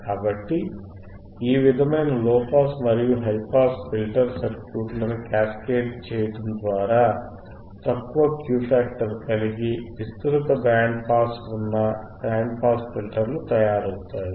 కాబట్టి ఈ విధమైన లోపాస్ మరియు హైపాస్ ఫిల్టర్ సర్క్యూట్ను క్యాస్కేడింగ్ చేయటం ద్వారా తక్కువ Q ఫ్యాక్టర్ కలిగి విస్తృత బ్యాండ్ పాస్ ఉన్న బ్యాండ్ పాస్ ఫిల్టర్లు తయారవుతాయి